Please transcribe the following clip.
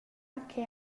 che